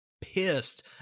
pissed